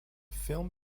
film